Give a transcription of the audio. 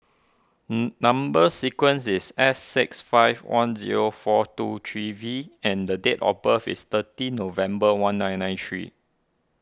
Number Sequence is S six five one zero four two three V and the date of birth is thirty November one nine nine three